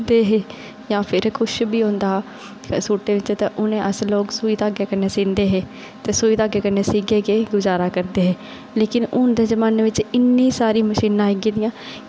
जां फिर कुछ बी होंदा हा सूटें च ते अस उनेंगी सूई धागै कन्नै सीहंदे हे ते सूई धागै कन्नै सीइयै गै गुजारा करदे हे लेकिन हून दे जमानै च इन्नी सारी मशीनां आई गेदियां की